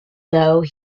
though